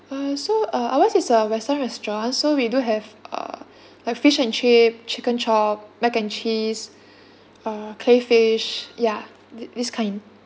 uh so uh ours is a western restaurant so we do have uh like fish and chip chicken chop mac and cheese uh crayfish ya th~ this kind